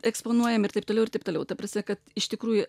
eksponuojami ir taip toliau ir taip toliau ta prasme kad iš tikrųjų